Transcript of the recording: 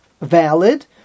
valid